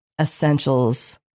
essentials